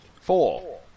Four